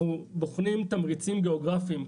אנחנו בוחנים תמריצים גיאוגרפיים,